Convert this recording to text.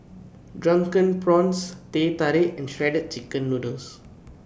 Drunken Prawns Teh Tarik and Shredded Chicken Noodles